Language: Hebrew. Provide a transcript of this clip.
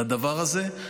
לדבר הזה.